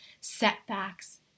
setbacks